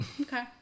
Okay